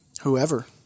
Whoever